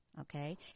Okay